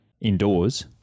indoors